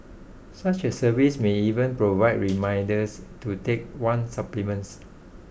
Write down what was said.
such a service may even provide reminders to take one's supplements